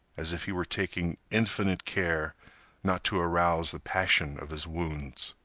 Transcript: as if he were taking infinite care not to arouse the passion of his wounds.